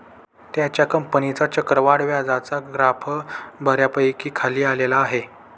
त्याच्या कंपनीचा चक्रवाढ व्याजाचा ग्राफ बऱ्यापैकी खाली आलेला आहे